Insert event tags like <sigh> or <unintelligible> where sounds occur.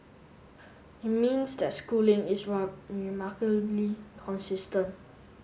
it means that Schooling is <unintelligible> remarkably consistent